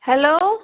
hello